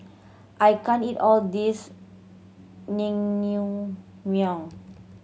I can't eat all this Naengmyeon